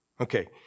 Okay